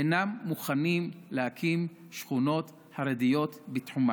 אינם מוכנים להקים שכונות חרדיות בתחומן.